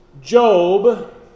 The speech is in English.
Job